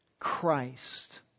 Christ